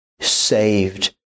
saved